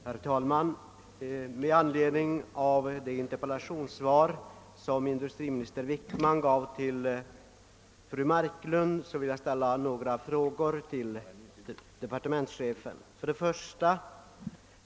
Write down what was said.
Herr talman! Med anledning av det interpellationssvar som industriminister Wickman gav till fru Marklund vill jag ställa några frågor till departementschefen. 1.